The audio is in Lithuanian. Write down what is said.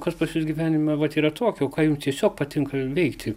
kas pas jus gyvenime vat yra tokio ką jum tiesiog patinka veikti